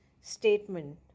statement